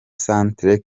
centre